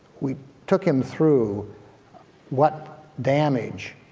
we took him through what damage